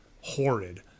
horrid